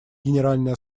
генеральной